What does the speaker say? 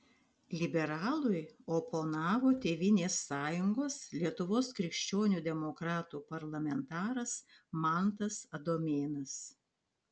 liberalui oponavo tėvynės sąjungos lietuvos krikščionių demokratų parlamentaras mantas adomėnas